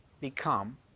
become